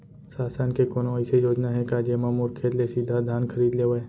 शासन के कोनो अइसे योजना हे का, जेमा मोर खेत ले सीधा धान खरीद लेवय?